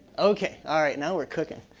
okay, all right. now we're cooking.